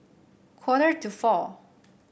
quarter to four